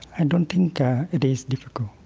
and don't think it is difficult.